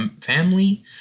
family